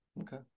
okay